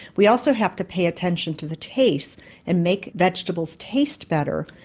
we also have to pay attention to the taste and make vegetables taste better,